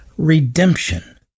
Redemption